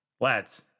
lads